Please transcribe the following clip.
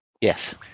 Yes